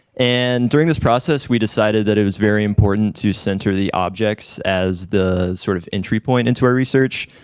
and during this process, we decided that it was very important to center the objects as the sort of entry point into our research.